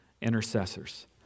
intercessors